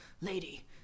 Lady